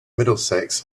middlesex